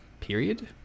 period